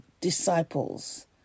disciples